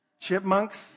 chipmunks